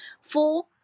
four